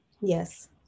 Yes